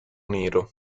nero